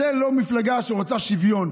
זאת לא מפלגה שרוצה שוויון,